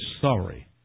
sorry